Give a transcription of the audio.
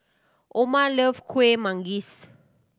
Oma love Kuih Manggis